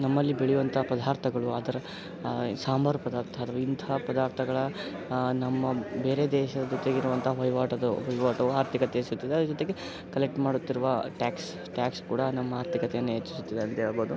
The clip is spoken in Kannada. ನಮ್ಮಲ್ಲಿ ಬೆಳೆಯುವಂಥ ಪದಾರ್ಥಗಳು ಆ ಥರ ಸಾಂಬಾರು ಪದಾರ್ಥ ಅಥವಾ ಇಂಥ ಪದಾರ್ಥಗಳ ನಮ್ಮ ಬೇರೆ ದೇಶ ಜೊತೆಗಿರುವಂತಹ ವಹಿವಾಟದು ವಹಿವಾಟು ಆರ್ಥಿಕತೆ ಹೆಚ್ಸುತ್ತದೆ ಅದ್ರ ಜೊತೆಗೆ ಕಲೆಕ್ಟ್ ಮಾಡ್ತಿರುವ ಟ್ಯಾಕ್ಸ್ ಟ್ಯಾಕ್ಸ್ ಕೂಡ ನಮ್ಮ ಆರ್ಥಿಕತೆಯನ್ನು ಹೆಚ್ಚಿಸುತ್ತದೆ ಅಂತ ಹೇಳ್ಬೋದು